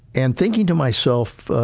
and thinking to myself,